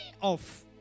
off